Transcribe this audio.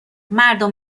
مردم